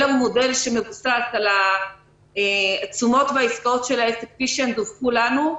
אלא הוא מודל שמבוסס על התשומות והעסקאות של העסק כפי שהן דווחו לנו.